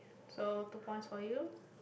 so two points for you